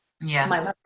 Yes